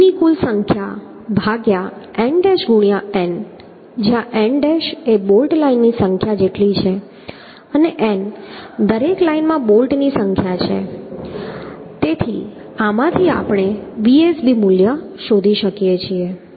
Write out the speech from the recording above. તે P ની કુલ સંખ્યા ભાગ્યા n ડૅશ ગુણ્યા n જ્યાં n ડેશ બોલ્ટ લાઇનની સંખ્યા જેટલી છે અને n દરેક લાઇનમાં બોલ્ટની સંખ્યા જેટલી છે તેથી આમાંથી આપણે Vsb મૂલ્ય શોધી શકીએ છીએ